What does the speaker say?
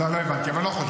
לא הבנתי, אבל לא חשוב.